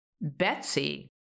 Betsy